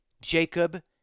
Jacob